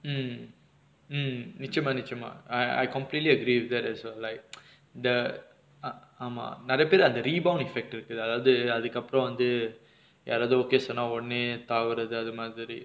mm mm நிச்சயமா நிச்சயமா:nichayamaa nichayamaa I I completely agree with that like the ah ஆமா நெறய பேர் அந்த:aamaa neraya per antha rebound effect இருக்குது அதாவது அதுக்கு அப்புறம் வந்து யாராவது:irukuthu athavathu athukku appuram vanthu yaaraavathu okay சொன்ன ஒடனே தாவுரது அது மாதிரி:sonna odanae thaavurathu athu maathiri